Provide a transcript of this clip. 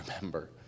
remember